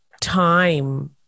time